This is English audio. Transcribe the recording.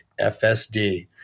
FSD